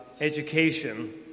education